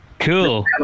cool